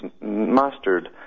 mastered